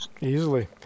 easily